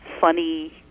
funny